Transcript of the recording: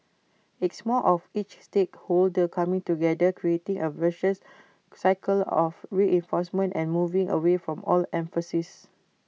it's more of each stakeholder coming together creating A virtuous cycle of reinforcement and moving away from old emphases